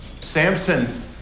Samson